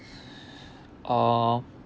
uh